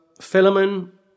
Philemon